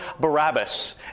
Barabbas